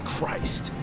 Christ